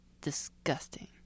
disgusting